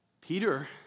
Peter